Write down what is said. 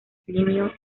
plinio